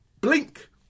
Blink